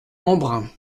embrun